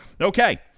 Okay